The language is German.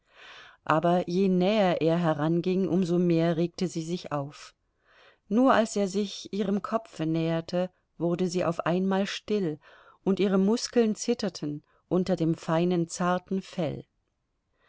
aber je näher er heranging um so mehr regte sie sich auf nur als er sich ihrem kopfe näherte wurde sie auf einmal still und ihre muskeln zitterten unter dem feinen zarten fell